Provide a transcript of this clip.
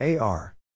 AR